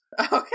Okay